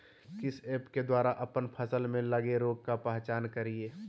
किस ऐप्स के द्वारा अप्पन फसल में लगे रोग का पहचान करिय?